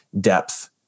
depth